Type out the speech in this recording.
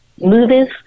movies